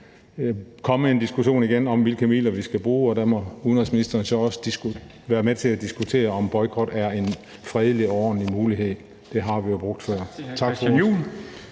komme en diskussion om, hvilke midler vi skal bruge, og der må udenrigsministeren så også være med til at diskutere, om boykot er en fredelig og ordentlig mulighed. Det har vi jo brugt før. Tak for